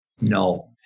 No